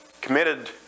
committed